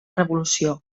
revolució